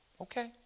Okay